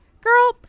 girl